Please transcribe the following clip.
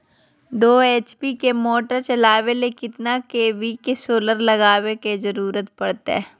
दो एच.पी के मोटर चलावे ले कितना के.वी के सोलर लगावे के जरूरत पड़ते?